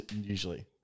usually